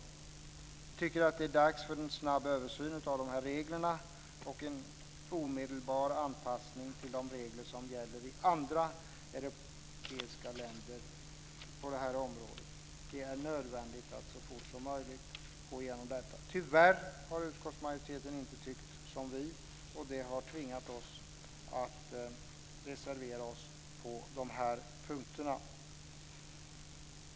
Vi tycker att det är dags för en snabb översyn av de här reglerna och en omedelbar anpassning till de regler som gäller i andra europeiska länder på det här området. Det är nödvändigt att så fort som möjligt få igenom detta. Tyvärr har utskottsmajoriteten inte tyckt som vi, och det har tvingat oss att reservera oss på de här punkterna.